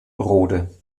rohde